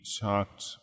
talked